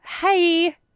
hey